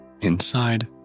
Inside